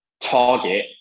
target